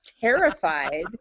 terrified